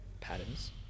patterns